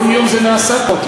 כל יום זה נעשה פה.